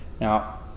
Now